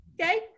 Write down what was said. Okay